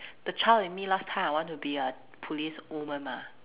the child in me last time I want to be a police woman mah